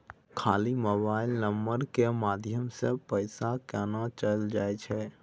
खाली mobile number के माध्यम से पैसा केना चल जायछै?